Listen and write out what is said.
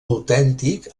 autèntic